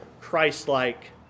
Christ-like